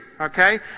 okay